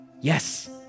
Yes